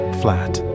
flat